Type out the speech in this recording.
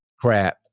crap